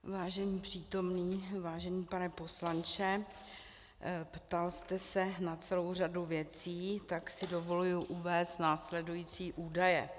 Vážení přítomní, vážený pane poslanče, ptal jste se na celou řadu věcí, tak si dovoluji uvést následující údaje.